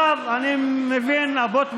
על חשמל, חבר הכנסת אבוטבול,